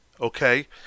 okay